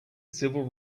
civil